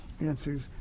answers